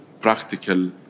practical